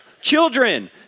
Children